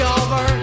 over